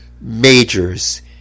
majors